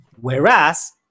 whereas